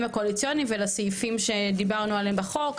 הקואליציוניים ולסעיפים שדיברנו עליהם בחוק,